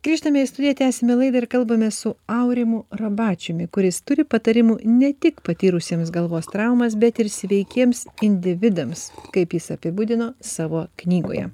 grįžtame į studiją tęsiame laidą ir kalbame su aurimu robačiumi kuris turi patarimų ne tik patyrusiems galvos traumas bet ir sveikiems individams kaip jis apibūdino savo knygoje